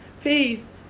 peace